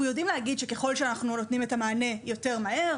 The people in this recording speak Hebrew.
אנחנו יודעים להגיד שככל שאנחנו נותנים את המענה מהר יותר,